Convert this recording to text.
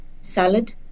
salad